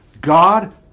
God